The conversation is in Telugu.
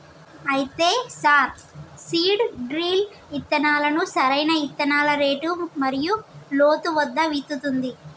అయితే సార్ సీడ్ డ్రిల్ ఇత్తనాలను సరైన ఇత్తనాల రేటు మరియు లోతు వద్ద విత్తుతుంది